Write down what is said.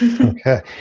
Okay